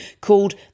called